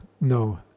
No